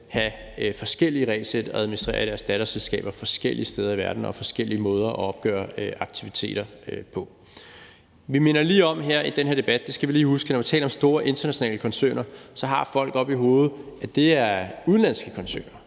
have forskellige regelsæt og de skal administrere deres datterselskaber forskellige steder i verden og har forskellige måder at opgøre aktiviteter på. Vi minder lige om her i den her debat, for det skal vi lige huske, at når vi taler om store internationale koncerner, har folk oppe i hovedet, at det er udenlandske koncerner